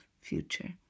future